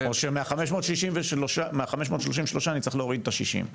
או שמתוך ה-533 מורים אני צריך להוריד את ה-60?